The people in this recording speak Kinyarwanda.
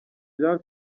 jean